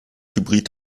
hybrid